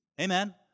Amen